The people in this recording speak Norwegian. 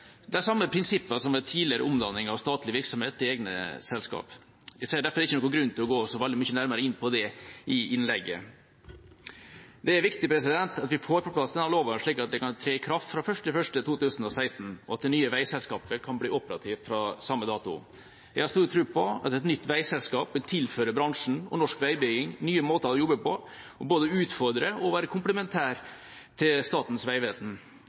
samme prinsippene som ved tidligere omdanning av statlige virksomheter til egne selskaper. Jeg ser derfor ikke noen grunn til å gå nærmere inn på det i dette innlegget. Det er viktig at vi får på plass denne loven, slik at den kan tre i kraft fra 1. januar 2016, og at det nye veiselskapet kan bli operativt fra samme dato. Jeg har stor tro på at et nytt veiselskap kan tilføre bransjen og norsk veibygging nye måter å jobbe på, og både utfordre og være komplementær til Statens vegvesen.